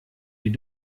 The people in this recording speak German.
die